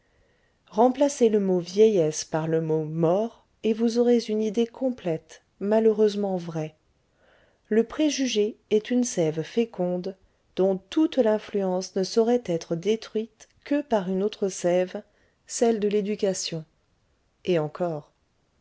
remplacez le mot vieillesse par le mot mort et vous aurez une idée complète malheureusement vraie le préjugé est une sève féconde dont toute l'influence ne saurait être détruite que par une autre sève celle de l'éducation et encore